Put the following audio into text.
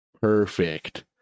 perfect